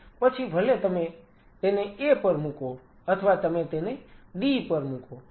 પછી ભલે તમે તેને A પર મૂકો અથવા તમે તેને D પર મૂકો